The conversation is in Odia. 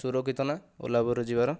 ସୁରକ୍ଷିତ ନାଁ ଓଲା ଉବରରେ ଯିବାର